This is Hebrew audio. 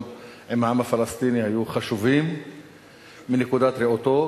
עם העם הפלסטיני היו חשובים מנקודת ראותו,